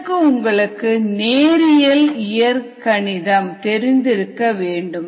இதற்கு உங்களுக்கு நேரியல் இயற்கணிதம் தெரிந்திருக்க வேண்டும்